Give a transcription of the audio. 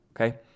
Okay